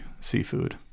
seafood